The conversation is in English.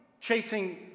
chasing